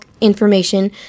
information